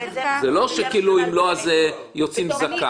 זה לא שכאילו אם לא אז הוא זכאי לחלוטין.